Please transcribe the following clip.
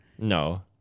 No